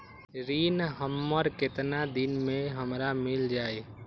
ऋण हमर केतना दिन मे हमरा मील जाई?